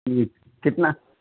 جی کتنا